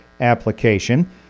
application